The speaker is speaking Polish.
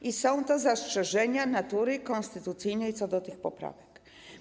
I to są zastrzeżenia natury konstytucyjnej co do tych poprawek.